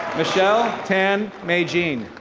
michelle, tann, mejing.